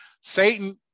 Satan